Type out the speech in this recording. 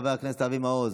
חבר הכנסת אבי מעוז,